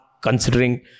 considering